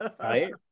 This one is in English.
right